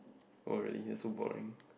oh really you so boring